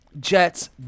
Jets